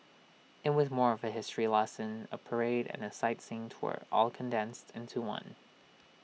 IT was more of A history lesson A parade and A sightseeing tour all condensed into one